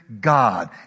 God